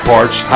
Parts